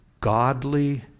godly